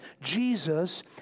Jesus